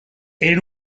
eren